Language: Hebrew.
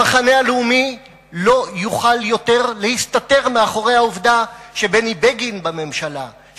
המחנה הלאומי לא יכול יותר להסתתר מאחורי העובדה שבני בגין בממשלה,